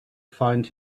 find